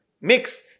mix